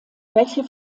welcher